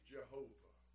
Jehovah